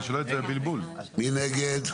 שמונה.